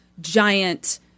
giant